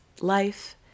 life